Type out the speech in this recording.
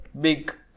big